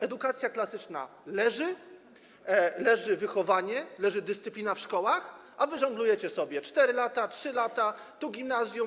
Edukacja klasyczna leży, leży wychowanie, leży dyscyplina w szkołach, a wy żonglujecie sobie: 4 lata, 3 lata, tu gimnazjum.